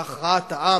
להכרעת העם?